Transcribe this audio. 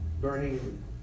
burning